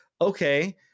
Okay